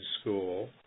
school